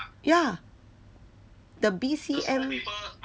ya the B_C_M